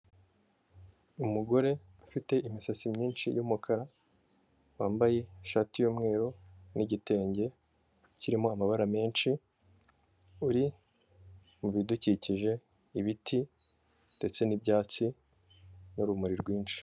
Umugore ufite imisatsi myinshi y'umukara, wambaye ishati y'umweru n'igitenge kirimo amabara menshi, uri mu bidukikije ibiti ndetse nibyatsi n'rumuri rwinshi.